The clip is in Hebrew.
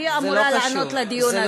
והיא אמורה לענות בדיון הזה.